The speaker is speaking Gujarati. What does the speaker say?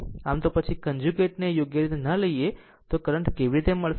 આમ તો પછી કન્જુગેટ ને યોગ્ય રીતે નહીં લે તો કરંટ કેવી રીતે મળશે